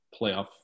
playoff